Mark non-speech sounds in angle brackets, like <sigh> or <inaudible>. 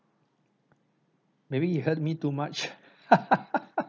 maybe he helped me too much <laughs>